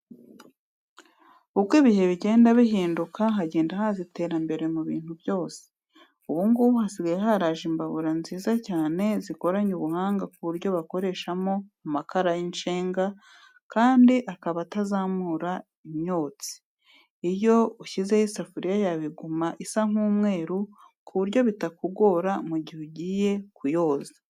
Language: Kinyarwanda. Uko ibihe bigenda bihinduka hagenda haza iterambere mu bintu byose. Ubu ngubu hasigaye haraje imbabura nziza cyane zikoranye ubuhanga ku buryo bakoreshamo amakara y'incenga kandi akaba atazamura imyotsi. Iyo ushyizeho isafuriya yawe iguma isa nk'umweru ku buryo bitakugora mu gihe ugiye kuyoza.